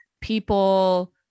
people